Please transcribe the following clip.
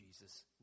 Jesus